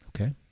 Okay